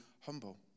humble